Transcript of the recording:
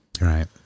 Right